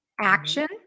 action